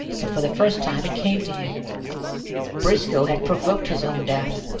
but for the first time it came to him briscoe had provoked his own death.